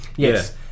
Yes